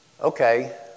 Okay